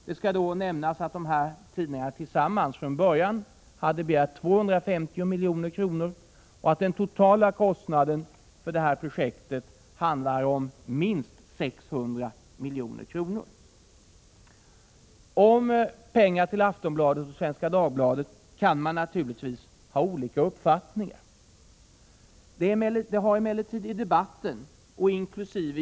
Det skall då nämnas att dessa båda tidningar tillsammans från början hade begärt 250 milj.kr. och att den totala kostnaden för detta projekt gäller minst 600 milj.kr. Om pengar till Aftonbladet och Svenska Dagbladet kan man naturligtvis ha olika uppfattningar. Det har emellertid i debatten, inkl.